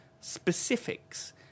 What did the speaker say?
specifics